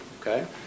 Okay